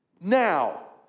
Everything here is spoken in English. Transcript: now